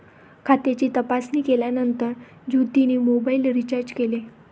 खात्याची तपासणी केल्यानंतर ज्योतीने मोबाइल रीचार्ज केले